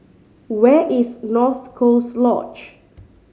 where is North Coast Lodge